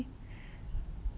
okay